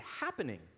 happening